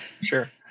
sure